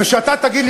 ושאתה תגיד לי,